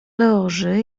loży